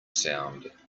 sound